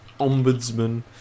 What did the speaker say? ombudsman